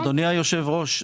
אדוני היושב ראש,